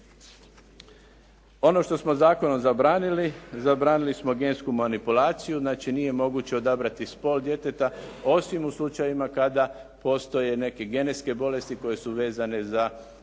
Ono što smo zakonom zabranili zabranili smo gensku manipulaciju. Znači, nije moguće odabrati spol djeteta osim u slučajevima kada postoje neke genetske bolesti koje su vezane za